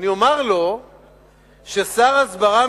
אני אומר לו ששר הסברה,